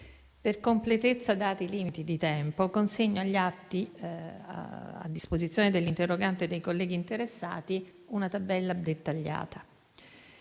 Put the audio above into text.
Per completezza, dati i limiti di tempo, consegno agli atti, a disposizione dell'interrogante e dei colleghi interessati, una tabella dettagliata.